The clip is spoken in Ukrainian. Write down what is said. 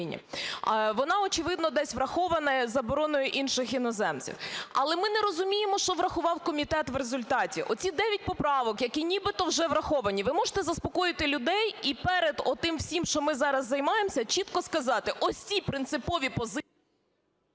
Вона, очевидно, десь врахована забороною інших іноземців. Але ми розуміємо, що врахував комітет в результаті. Оці 9 поправок, які нібито вже враховані, ви можете заспокоїти людей і перед отим всім, що ми зараз займаємося, чітко сказати: ось ці принципові позиції...